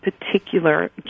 particular